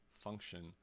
function